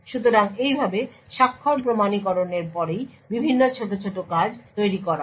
সুতরাং এইভাবে স্বাক্ষর প্রমাণীকরণের পরেই বিভিন্ন ছোট ছোট কাজ তৈরি করা হয়